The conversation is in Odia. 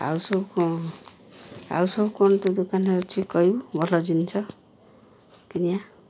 ଆଉ ସବୁ କ'ଣ ଆଉ ସବୁ କ'ଣ ତୋ ଦୋକାନରେ ଅଛି କହିବୁ ଭଲ ଜିନିଷ କିଣିବା